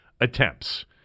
attempts